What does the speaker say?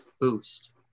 boost